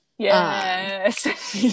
Yes